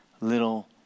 little